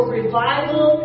revival